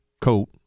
coat